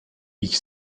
ich